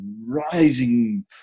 rising